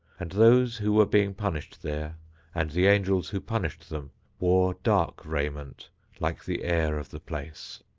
and those who were being punished there and the angels who punished them wore dark raiment like the air of the place.